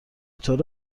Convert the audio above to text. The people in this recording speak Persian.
طور